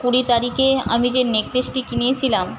কুড়ি তারিখে আমি যে নেকলেসটি কিনেছিলাম